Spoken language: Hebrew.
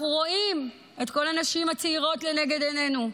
אנחנו רואים את כל הנשים הצעירות לנגד עינינו.